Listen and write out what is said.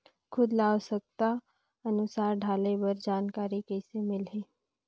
खाद ल आवश्यकता अनुसार डाले बर जानकारी कइसे मिलही?